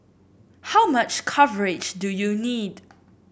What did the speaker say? how much coverage do you need